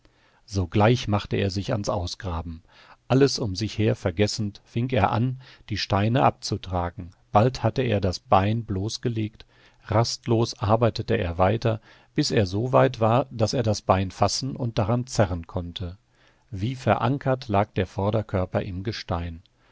sogleich machte er sich ans ausgraben alles um sich her vergessend fing er an die steine abzutragen bald hatte er das bein bloßgelegt rastlos arbeitete er weiter bis er so weit war daß er das bein fassen und daran zerren konnte wie verankert lag der vorderkörper im gestein